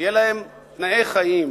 שיהיו להם תנאי חיים,